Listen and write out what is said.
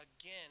again